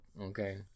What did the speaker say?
okay